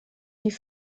die